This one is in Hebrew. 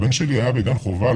הבן שלי היה בגן חובה,